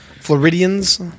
Floridians